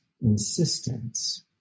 insistence